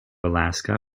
alaska